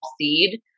seed